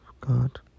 God